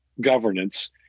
governance